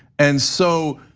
and so,